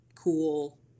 cool